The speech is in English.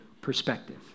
perspective